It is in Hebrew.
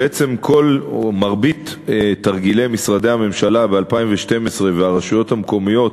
בעצם מרבית תרגילי משרדי הממשלה והרשויות המקומיות